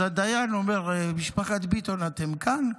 אז הדיין אומר: משפחת ביטון, אתם כאן?